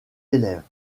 élèves